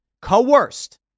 coerced